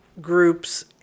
groups